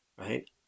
right